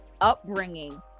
upbringing